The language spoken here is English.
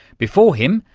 before him,